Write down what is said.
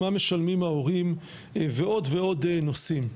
מה משלמים ההורים ועוד ועוד נושאים.